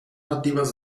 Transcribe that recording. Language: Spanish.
nativas